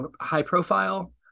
high-profile